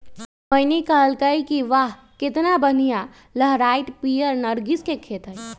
मोहिनी कहलकई कि वाह केतना बनिहा लहराईत पीयर नर्गिस के खेत हई